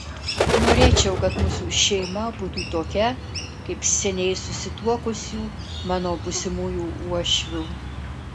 norėčiau kad mūsų šeima būtų tokia kaip seniai susituokusių mano būsimųjų uošvių